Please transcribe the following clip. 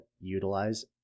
utilize